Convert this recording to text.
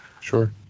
Sure